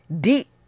deep